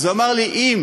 אז הוא אמר לי: אם